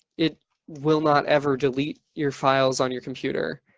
it will not ever delete your files on your computer.